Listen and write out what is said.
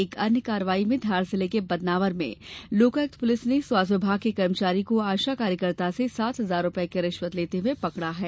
एक अन्य कार्यवाही में धार जिले के बदनावर में लोकायुक्त पुलिस ने स्वास्थ्य विभाग के कर्मचारी को आशा कार्यकर्ता से सात हजार रुपये की रिश्वत लेते हुए पकड़ा है